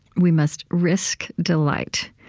we must risk delight.